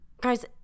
guys